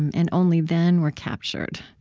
and only then were captured,